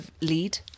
lead